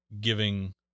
giving